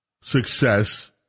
success